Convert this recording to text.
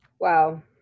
Wow